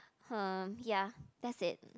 hmm ya that's it